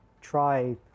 try